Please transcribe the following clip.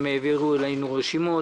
שהם העבירו אלינו רשימות.